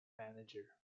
manager